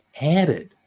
added